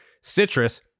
citrus